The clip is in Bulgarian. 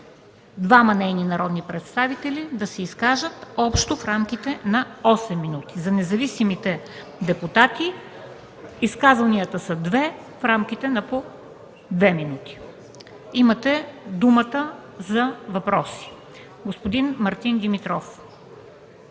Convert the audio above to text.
двама нейни народни представители да се изкажат общо в рамките на осем минути. За независимите депутати изказванията са две в рамките на по две минути. Имате думата за въпроси. Господин Мартин Димитров.